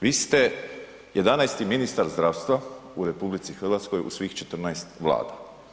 Vi ste 11 ministar zdravstva u RH u svih 14 vlada.